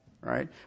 Right